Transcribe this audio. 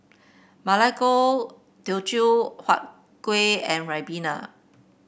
Ma Lai Gao Teochew Huat Kueh and Ribena